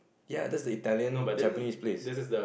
ya that's the Italian Japanese place